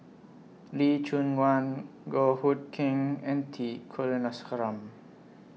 Lee Choon Guan Goh Hood Keng and T Kulasekaram